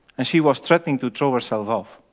and she was threatening to throw herself off.